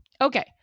Okay